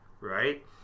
right